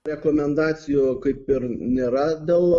rekomendacijų kaip ir nėra dėl